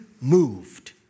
moved